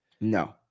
No